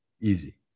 easy